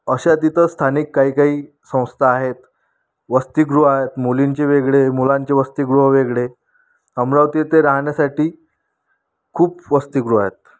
अशा तिथं स्थानिक काही काही संस्था आहेत वसतीगृह आहेत मुलींचे वेगळे मुलांचे वसतीगृह वेगळे अमरावती इथे राहण्यासाठी खूप वसतीगृह आहेत